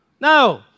No